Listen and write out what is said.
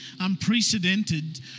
unprecedented